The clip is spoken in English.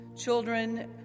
children